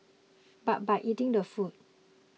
but by eating the food